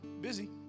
busy